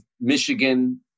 Michigan